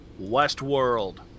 Westworld